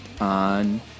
on